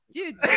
Dude